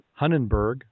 Hunnenberg